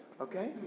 okay